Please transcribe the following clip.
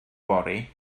fory